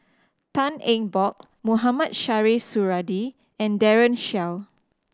Tan Eng Bock Mohamed Shiau Suradi and Daren Shiau